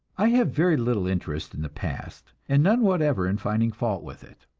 i have very little interest in the past, and none whatever in finding fault with it.